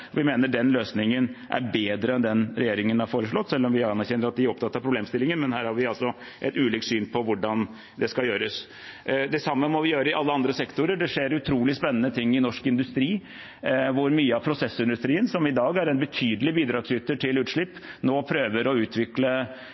disponere. Vi mener den løsningen er bedre enn den regjeringen har foreslått, selv om vi også anerkjenner at de er opptatt av problemstillingen. Her har vi ulike syn på hvordan det skal gjøres. Det samme må vi gjøre i alle andre sektorer. Det skjer utrolig spennende ting i norsk industri, hvor mye av prosessindustrien, som i dag er en betydelig bidragsyter til utslipp, nå prøver å utvikle